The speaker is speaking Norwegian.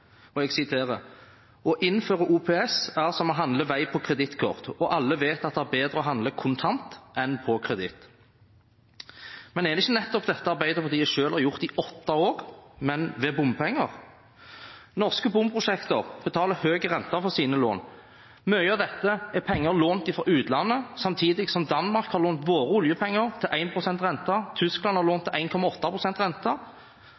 dag. Jeg siterer: «Å innføre OPS er som å handle vei på kredittkort, og alle vet at det er bedre å handle kontant enn på kreditt.» Men er det ikke nettopp dette Arbeiderpartiet selv har gjort i åtte år, men ved bompenger? Norske bomprosjekter betaler høy rente for sine lån. Mye av dette er penger lånt fra utlandet samtidig som Danmark har lånt våre oljepenger til 1 pst. rente, og Tyskland har